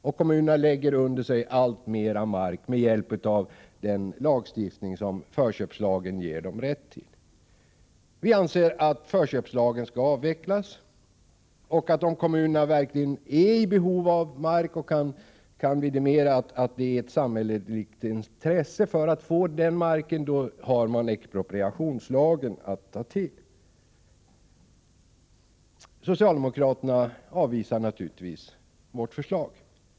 Och kommunerna lägger under sig alltmera mark med den rätt som förköpslagen ger dem. Vi anser att förköpslagen skall avvecklas. Om kommunerna verkligen är i behov av mark och kan vidimera att det finns ett samhälleligt intresse för att de får den marken, har man expropriationslagen att ta till. Socialdemokraterna avvisar naturligtvis vårt förslag.